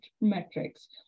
metrics